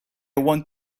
want